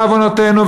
בעוונותינו,